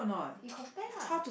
you compare lah